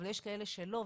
אבל יש כאלה שלא,